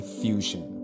fusion